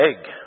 egg